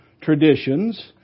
traditions